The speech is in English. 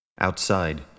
Outside